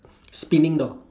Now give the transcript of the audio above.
spinning door